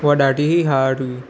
उहा ॾाढी हार्ड हुई